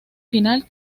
final